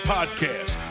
Podcast